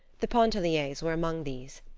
the pontelliers were among these.